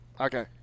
Okay